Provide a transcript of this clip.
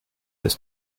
ist